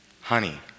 honey